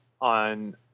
on